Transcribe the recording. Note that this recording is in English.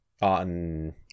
on